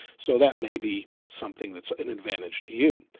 so that may be something that's an advantage to you.